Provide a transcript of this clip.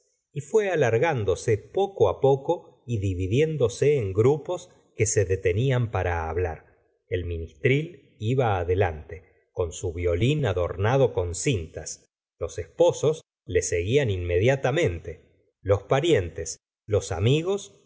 verdes fué alargándose poco á poco y dividiéndose en grupos que se detenían para hablar el ministril iba delante con su violín adornado con cintas los esposos le seguían inmediatamente los parientes los amigos